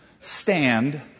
stand